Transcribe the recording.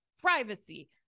privacy